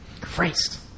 Christ